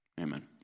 Amen